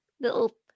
little